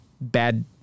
bad